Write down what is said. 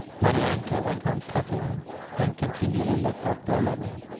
maryanka went on cutting and continually looked up at olenin.